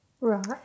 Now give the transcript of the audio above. right